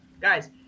guys